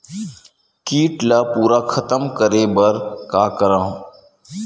कीट ला पूरा खतम करे बर का करवं?